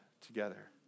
together